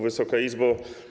Wysoka Izbo!